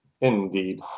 Indeed